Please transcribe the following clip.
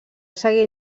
seguir